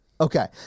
Okay